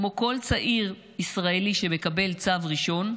כמו כל צעיר ישראלי שמקבל צו ראשון,